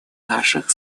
наших